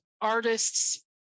artists